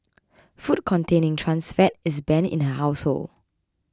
food containing trans fat is banned in her household